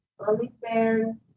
OnlyFans